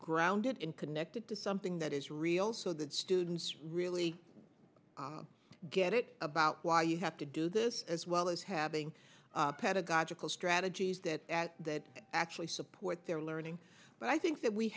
grounded in connected to something that is real so that students really get it about why you have to do this as well as having pedagogical strategies that actually support their learning but i think that we